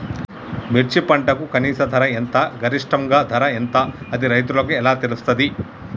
మిర్చి పంటకు కనీస ధర ఎంత గరిష్టంగా ధర ఎంత అది రైతులకు ఎలా తెలుస్తది?